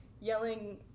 yelling